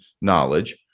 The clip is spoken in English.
knowledge